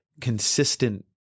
consistent